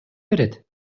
берет